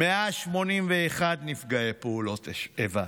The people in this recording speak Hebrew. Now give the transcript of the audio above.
181 נפגעי פעולות איבה.